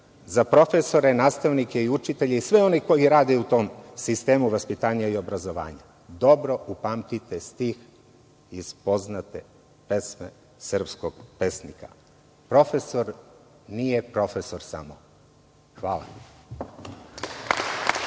za profesore, nastavnike, učitelje i sve one koji rade u tom sistemu vaspitanja i obrazovanja, dobro upamtite stih iz poznate pesme srpskog pesnika – profesor nije profesor samo. Hvala.